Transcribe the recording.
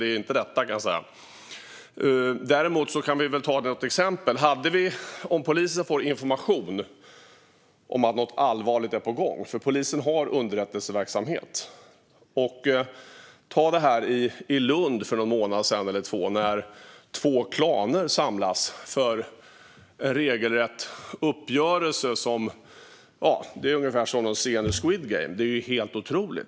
Det är inte detta de letar efter, kan jag säga. Men låt mig ta ett annat exempel. Det kan handla om att polisen får information om att något allvarligt är på gång. Polisen har ju underrättelseverksamhet. Ta det som hände i Lund härommånaden, då två klaner hade samlats för en regelrätt uppgörelse. Det var som en scen ur Squid Game.